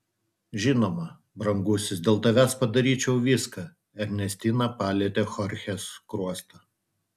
žinoma brangusis dėl tavęs padaryčiau viską ernestina palietė chorchės skruostą